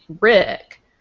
Rick